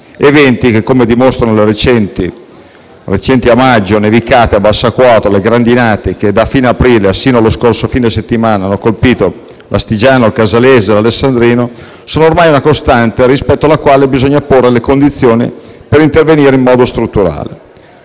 eventi che, come dimostrano le recenti - recenti, a maggio - nevicate a bassa quota o le grandinate che da fine aprile e sino allo scorso fine settimana hanno colpito l'Astigiano, il Casalese e l'Alessandrino, sono ormai una costante rispetto alla quale bisogna porre le condizioni per intervenire in modo strutturale.